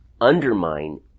undermine